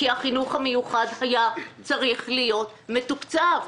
כי החינוך המיוחד היה צריך להיות מתוקצב.